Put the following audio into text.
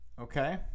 Okay